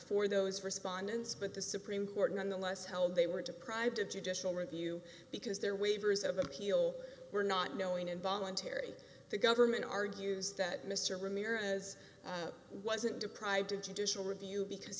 for those respondents but the supreme court nonetheless held they were deprived of judicial review because their waivers of appeal were not knowing and voluntary the government argues that mr ramirez wasn't deprived of judicial review because